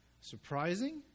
surprising